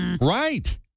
Right